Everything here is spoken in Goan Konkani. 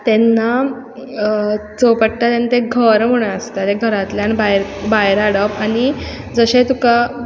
तेन्ना सो पडटा तेन्ना तें घर म्हणोन आसता त्या घरांतल्यान भायर भायर हाडप आनी जशें तुका